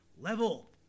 level